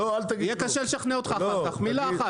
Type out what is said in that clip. יהיה קשה לשכנע אותך אחר כך, מילה אחת.